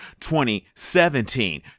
2017